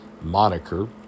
moniker